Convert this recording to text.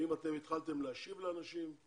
האם התחלתם להשיב לאנשים.